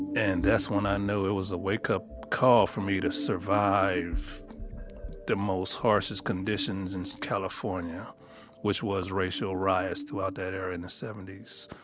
and that's when i knew it was a wakeup call for me to survive the most harshest conditions in california which was racial riots throughout that area in the seventies.